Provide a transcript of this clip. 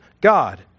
God